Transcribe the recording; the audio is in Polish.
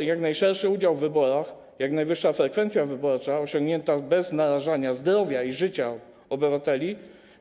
Jak najszerszy udział w wyborach, jak najwyższa frekwencja wyborcza osiągnięta bez narażania zdrowia i życia obywateli